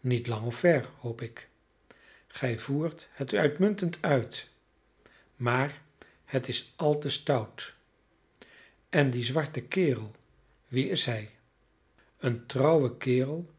niet lang of ver hoop ik gij voert het uitmuntend uit maar het is al te stout en die zwarte kerel wie is hij een trouwe kerel